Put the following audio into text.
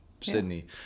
Sydney